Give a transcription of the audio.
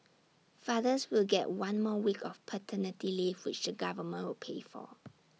fathers will get one more week of paternity leave which the government will pay for